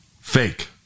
Fake